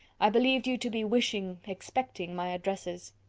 i believed you to be wishing, expecting my addresses.